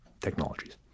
technologies